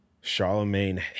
Charlemagne